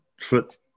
foot